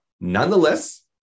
Nonetheless